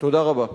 תודה רבה.